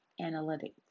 analytics